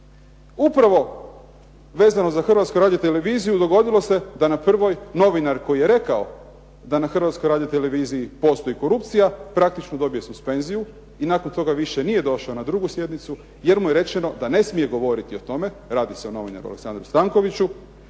upravo vezano za Hrvatsku radioteleviziju dogodilo se da na prvoj novinar koji je rekao da na Hrvatskoj radioteleviziji postoji korupcija praktično dobije suspenziju i nakon toga više nije došao na drugu sjednicu jer mu je rečeno da ne smije govoriti o tome, radi se o novinaru Aleksandru Stankoviću,